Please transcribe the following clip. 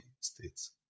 states